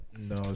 No